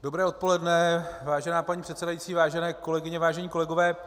Dobré odpoledne, vážená paní předsedající, vážené kolegyně, vážení kolegové.